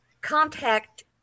Contact